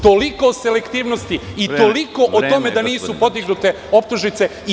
Toliko o selektivnosti i toliko o tome da nisu podignute optužnice.